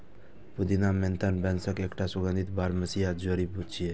पुदीना मेंथा वंशक एकटा सुगंधित बरमसिया जड़ी छियै